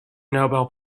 nobel